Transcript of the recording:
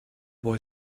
boy